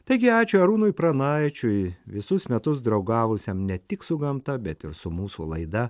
taigi ačiū arūnui pranaičiui visus metus draugavusiam ne tik su gamta bet ir su mūsų laida